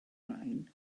rain